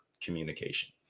communication